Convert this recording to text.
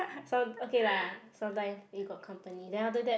some okay lah sometime we got company then after that